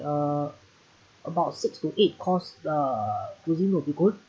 uh about six to eight course uh cuisine would be good